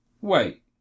Wait